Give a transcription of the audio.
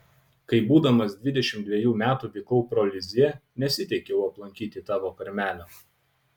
kai būdamas dvidešimt dvejų metų vykau pro lizjė nesiteikiau aplankyti tavo karmelio